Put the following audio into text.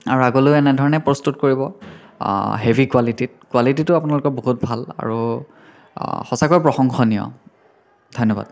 আৰু আগলৈও এনেদৰে প্ৰস্তুত কৰিব হেভী কুৱালিটিত কুৱালিটিটো আপোনালোকৰ বহুত ভাল আৰু সঁচাকৈ প্ৰশংসনীয় ধন্যবাদ